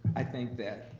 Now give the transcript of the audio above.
i think